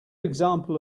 example